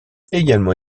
également